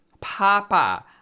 Papa